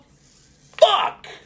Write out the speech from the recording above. fuck